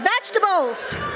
vegetables